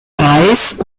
reis